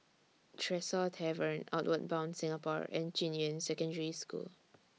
Tresor Tavern Outward Bound Singapore and Junyuan Secondary School